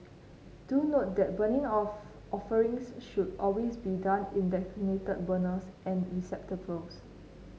do note that burning of offerings should always be done in designated burners and receptacles